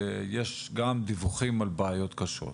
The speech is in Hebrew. ויש גם דיווחים על בעיות קשות,